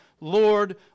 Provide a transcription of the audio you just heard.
Lord